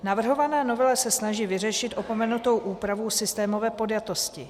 Navrhovaná novela se snaží vyřešit opomenutou úpravu systémové podjatosti.